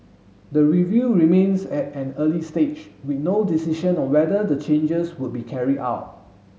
the review remains at an early stage with no decision on whether the changes will be carried out